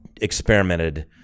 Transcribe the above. experimented